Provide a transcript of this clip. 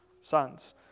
sons